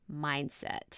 mindset